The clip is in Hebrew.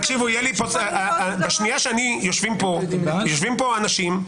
יושבים פה אנשים,